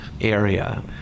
area